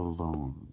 Alone